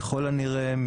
ככל הנראה,